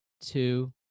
two